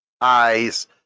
eyes